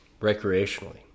recreationally